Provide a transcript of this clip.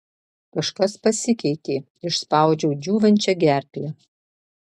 kažkas pasikeitė išspaudžiau džiūvančia gerkle